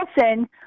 Wilson